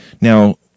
Now